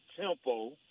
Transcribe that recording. tempo